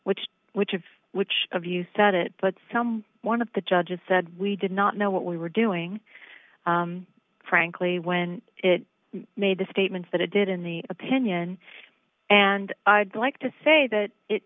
which which of which of you said it but some one of the judges said we did not know what we were doing frankly when it made the statements that it did in the opinion and i'd like to say that it